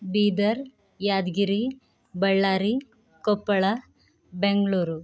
Bidar Yadgir Ballari Koppal Bengaluru